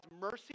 mercy